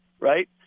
right